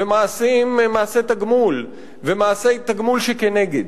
ומעשי תגמול ומעשי תגמול שכנגד.